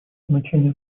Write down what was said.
значение